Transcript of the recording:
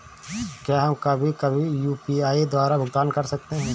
क्या हम कभी कभी भी यू.पी.आई द्वारा भुगतान कर सकते हैं?